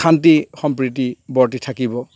শান্তি সম্প্ৰীতি বৰ্তি থাকিব